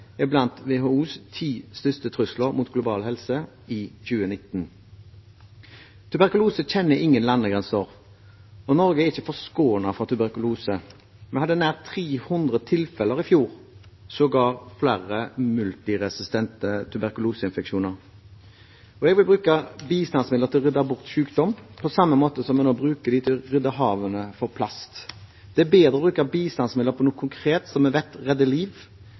er blant WHOs ti største trusler mot global helse i 2019. Tuberkulose kjenner ingen landegrenser, og Norge er ikke forskånet for tuberkulose. Vi hadde nær 300 tilfeller i fjor, sågar flere multiresistente tuberkuloseinfeksjoner. Jeg vil bruke bistandsmidler til å rydde bort sykdom, på samme måte som vi nå bruker dem til å rydde havene for plast. Det er bedre å bruke bistandsmidler på noe konkret som vi vet redder liv.